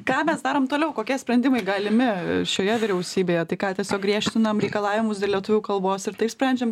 ką mes darom toliau kokie sprendimai galimi šioje vyriausybėje tai ką tiesiog griežtinam reikalavimus dėl lietuvių kalbos ir taip sprendžiam